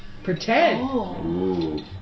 Pretend